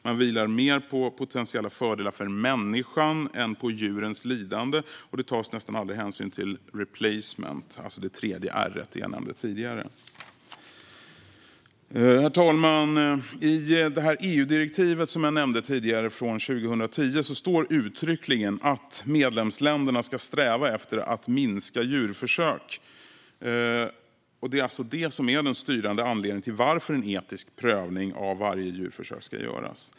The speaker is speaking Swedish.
Man vilar mer på potentiella fördelar för människan än på djurens lidande. Det tas nästan aldrig hänsyn till replacement, det vill säga det tredje r som jag nämnde tidigare. Herr talman! I det EU-direktiv från 2010 som jag tidigare nämnde står det uttryckligen att medlemsländerna ska sträva efter att minska djurförsök. Det är alltså det som är den styrande anledningen till att en etisk prövning av varje djurförsök ska göras.